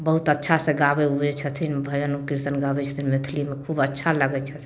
बहुत अच्छासँ गाबै उबै छथिन भजन कीर्तन गाबै छथिन मैथिलीमे खूब अच्छा लागै छै